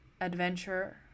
adventure